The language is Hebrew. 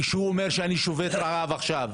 כשהוא אומר, אני שובת רעב עכשיו,